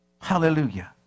hallelujah